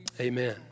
Amen